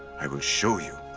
i will show you.